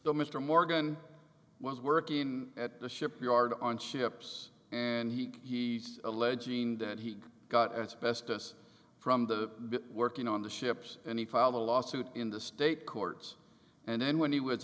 though mr morgan was working in at the shipyard on ships and he alleging that he got as best as from the working on the ships and he filed a lawsuit in the state court and then when he was